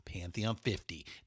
Pantheon50